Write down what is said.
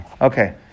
Okay